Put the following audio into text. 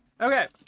Okay